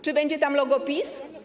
Czy będzie tam logo PiS?